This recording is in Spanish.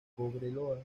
cobreloa